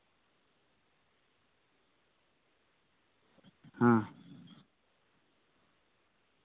ᱦᱮᱸ